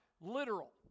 literal